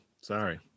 Sorry